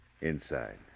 Inside